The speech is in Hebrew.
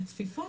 הצפיפות,